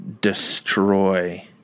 destroy